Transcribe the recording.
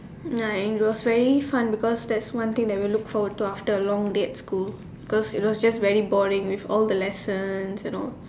like it was very fun because there's one thing that we look forward to after a long day at school cause you know it's just very boring with all the lessons and all